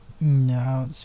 no